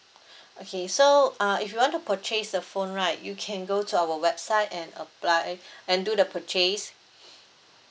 okay so uh if you want to purchase the phone right you can go to our website and apply and do the purchase